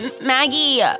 Maggie